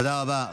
תודה רבה.